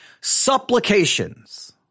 Supplications